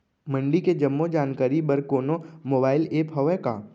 मंडी के जम्मो जानकारी बर कोनो मोबाइल ऐप्प हवय का?